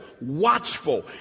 watchful